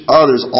others